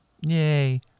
Yay